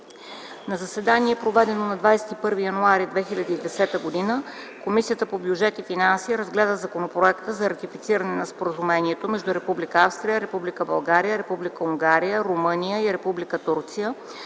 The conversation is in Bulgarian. На заседание, проведено на 21 януари 2010 г., Комисията по бюджет и финанси разгледа Законопроекта за ратифициране на Споразумението между Република Австрия, Република България, Република Унгария, Румъния и Република